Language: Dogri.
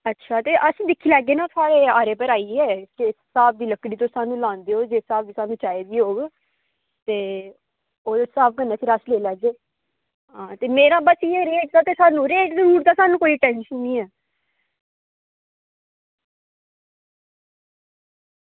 अच्छा ते अस दिक्खी लैगे ना थुआढ़े आरै उप्पर आइयै की किस स्हाब दी तुस लकड़ी लांदे ओह् ते किस स्हाब दी स्हानू चाहिदी होग ते ओह्दे स्हाब कन्नै फिर अस लेई लैगे ते रेट मेरा रेट दी कोई टेंशन निं ऐ